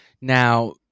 Now